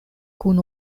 kun